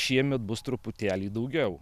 šiemet bus truputėlį daugiau